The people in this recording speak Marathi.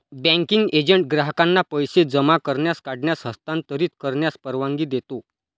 बँकिंग एजंट ग्राहकांना पैसे जमा करण्यास, काढण्यास, हस्तांतरित करण्यास परवानगी देतो